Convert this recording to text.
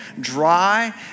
dry